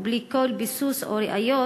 ובלי כל ביסוס או ראיות,